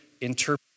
interpret